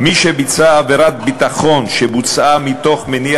מי שביצע עבירת ביטחון שבוצעה מתוך מניע